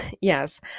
Yes